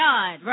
God